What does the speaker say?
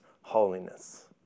holiness